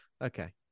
Okay